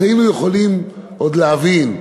אז היינו יכולים עוד להבין.